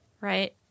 Right